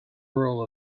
rule